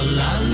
la